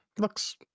looks